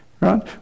right